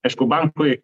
aišku bankui